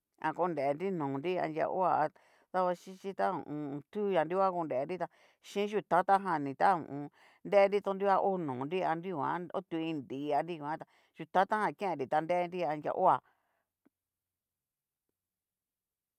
Ña korenri nonri anria hoa a davaxhichí ta ho o on. o tu ña nunguan konreri tá xín yutata janni ta ho o on. nrenri to nruguan ho nonri a nriguan o tu iin nri a nruguan tá yú'tata jan kennri ta nrenri adria hoa.